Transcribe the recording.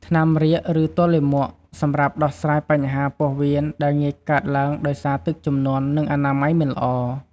ថ្នាំរាគឬទល់លាមក សម្រាប់ដោះស្រាយបញ្ហាពោះវៀនដែលងាយកើតឡើងដោយសារទឹកជំនន់ និងអនាម័យមិនល្អ។